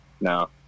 no